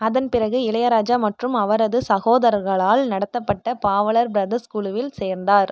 அதன்பிறகு இளையராஜா மற்றும் அவரது சகோதரர்களால் நடத்தப்பட்ட பாவலர் பிரதர்ஸ் குழுவில் சேர்ந்தார்